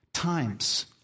Times